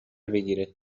بگیره